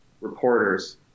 reporters